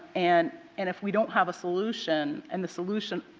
and and if we don't have a solution and the solution,